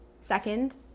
second